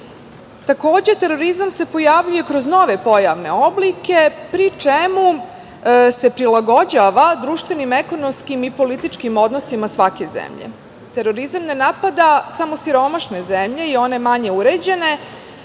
Takođe, terorizam se pojavljuje kroz nove pojavne oblike, pri čemu se prilagođava društvenim, ekonomskim i političkim odnosima svake zemlje. Terorizam ne napada samo siromašne zemlje i one manje uređene,